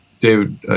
David